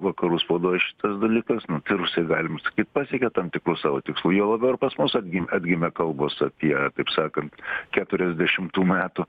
vakarų spaudoj šitas dalykas nu tai rusai galima sakyt pasiekė tam tikrų savo tikslų juo labiau ir pas mus atgimė atgimė kalbos apie taip sakant keturiasdešimtų metų